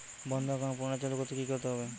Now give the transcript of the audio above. বন্ধ একাউন্ট পুনরায় চালু করতে কি করতে হবে?